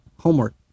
homework